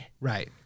Right